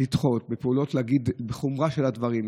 להגיד את החומרה של הדברים,